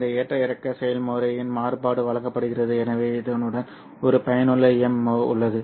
இந்த ஏற்ற இறக்க செயல்முறையின் மாறுபாடு வழங்கப்படுகிறது எனவே இதனுடன் ஒரு பயனுள்ள எம் உள்ளது